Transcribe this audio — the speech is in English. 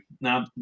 Now